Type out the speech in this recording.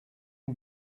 who